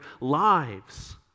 lives